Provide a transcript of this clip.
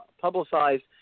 publicized